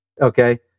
Okay